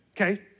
Okay